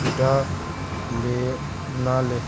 किड़ा न लगे?